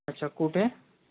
अच्छा कुठे